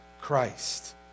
Christ